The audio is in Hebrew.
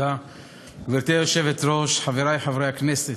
גברתי היושבת-ראש, תודה, חברי חברי הכנסת,